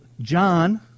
John